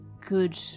good